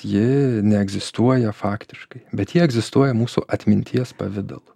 ji neegzistuoja faktiškai bet ji egzistuoja mūsų atminties pavidalu